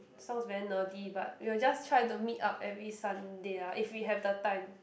sounds very nerdy but we will just try to meet up every Sunday ah if we have the time